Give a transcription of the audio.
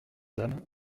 dames